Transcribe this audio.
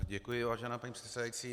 Děkuji, vážená paní předsedající.